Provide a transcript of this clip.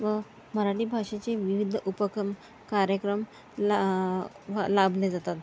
व मराठी भाषेचे विविध उपक्रम कार्यक्रम ला लाभले जातात